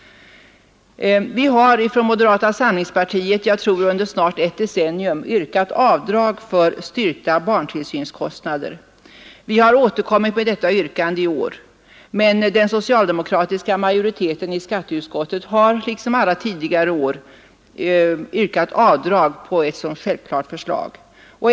Vi har från moderata samlingspartiet under snart ett decennium, tror jag, yrkat på avdrag för styrkta barntillsynskostnader. Vi har återkommit med detta yrkande i år, men den socialdemokratiska majoriteten i skatteutskottet har, liksom alla tidigare år, yrkat avslag på ett sådant självklart förslag.